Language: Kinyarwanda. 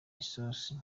isosi